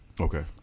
Okay